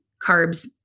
carbs